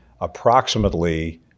approximately